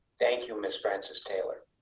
thank you, mr. francis taylor.